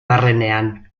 barrenean